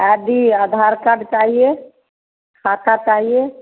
आई D Aadhaar card चाहिए खाता चाहिए